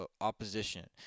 opposition